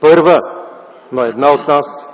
първа, но е една от нас.